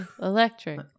electric